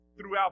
throughout